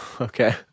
Okay